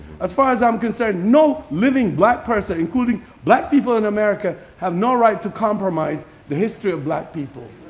as far as i'm concerned no living black person, including black people in america, have no right to compromise the history of black people.